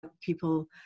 people